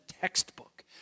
textbook